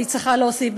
אני צריכה להוסיף,